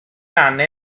anne